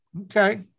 Okay